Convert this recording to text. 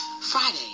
Friday